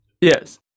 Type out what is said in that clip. yes